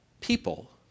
people